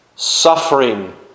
Suffering